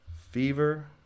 fever